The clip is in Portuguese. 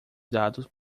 dados